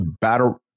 battle